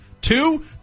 Two